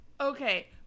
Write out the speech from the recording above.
okay